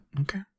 okay